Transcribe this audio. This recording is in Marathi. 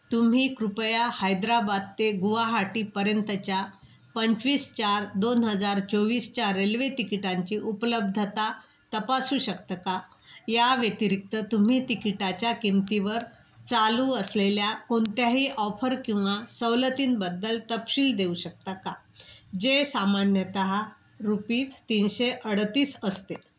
तुम्ही कृपया हैद्राबाद ते गुवाहाटीपर्यंतच्या पंचवीस चार दोन हजार चोवीसच्या रेल्वे तिकिटांची उपलब्धता तपासू शकता का या व्यतिरिक्त तुम्ही तिकिटाच्या किंमतीवर चालू असलेल्या कोणत्याही ऑफर किंवा सवलतींबद्दल तपशील देऊ शकता का जे सामान्यतः रुपीज तीनशे अडतीस असते